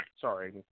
sorry